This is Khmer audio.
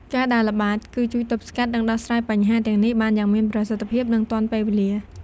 ការដើរល្បាត គឺជួយ ទប់ស្កាត់ និង ដោះស្រាយបញ្ហា ទាំងនេះបាន យ៉ាងមានប្រសិទ្ធភាព និងទាន់ពេលវេលា។